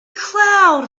cloud